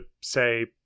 say